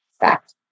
Fact